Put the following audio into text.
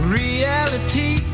reality